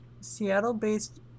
Seattle-based